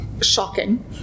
shocking